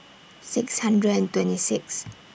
six hundred and twenty Sixth